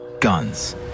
Guns